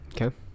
Okay